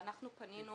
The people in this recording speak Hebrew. אנחנו פנינו